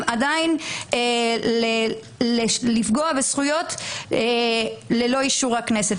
עדיין לפגוע בזכויות ללא אישור הכנסת.